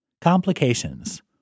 Complications